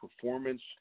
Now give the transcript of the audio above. performance